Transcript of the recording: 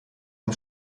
dem